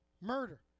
murder